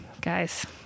guys